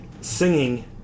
singing